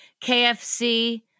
KFC